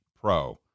pro